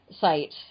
site